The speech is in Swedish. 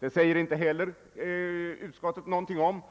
Inte heller den saken skriver utskottet någonting om.